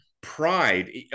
pride